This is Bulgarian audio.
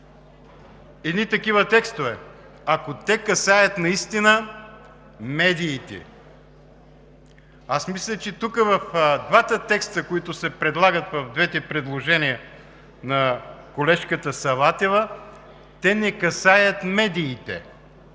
едни такива текстове, ако те касаят наистина медиите. Аз мисля, че тук в двата текста, които се предлагат, в двете предложения на колежката Саватева, те не касаят медиите.